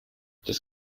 das